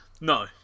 No